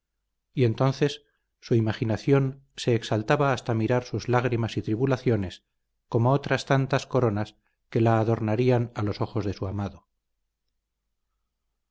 y entonces su imaginación se exaltaba hasta mirar sus lágrimas y tribulaciones como otras tantas coronas que la adornarían a los ojos de su amado